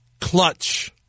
clutch